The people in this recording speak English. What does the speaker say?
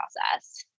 process